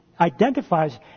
identifies